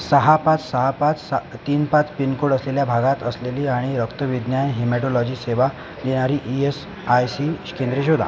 सहा पाच सहा पाच सहा तीन पाच पिनकोड असलेल्या भागात असलेली आणि रक्तविज्ञान हिमॅटोलॉजी सेवा देणारी ई एस आय सी केंद्रे शोधा